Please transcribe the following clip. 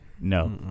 No